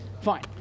Fine